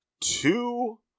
two